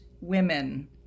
women